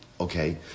okay